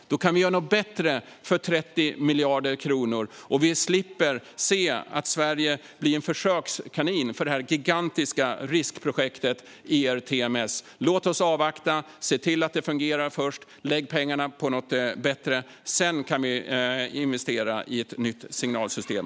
Då kan vi göra någonting bättre för 30 miljarder kronor, och vi slipper se Sverige bli en försökskanin för det gigantiska riskprojektet ERTMS. Låt oss avvakta, se till att det fungerar först och lägga pengarna på något bättre. Sedan kan vi investera i ett nytt signalsystem.